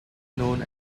known